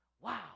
wow